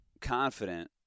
confident